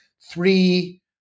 three